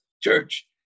church